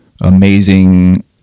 amazing